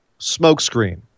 smokescreen